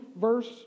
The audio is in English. verse